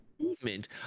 movement